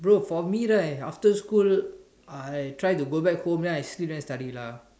bro for me right after school I try to go back home then I sleep then I study lah